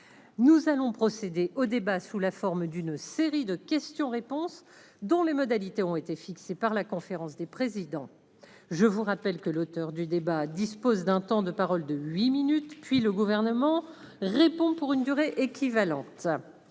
Nous allons procéder au débat sous la forme d'une série de questions-réponses, dont les modalités ont été fixées par la conférence des présidents. Je vous rappelle que l'auteur du débat dispose d'un temps de parole de huit minutes, puis le Gouvernement répond pour une durée équivalente.